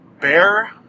bear